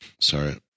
Sorry